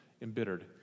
embittered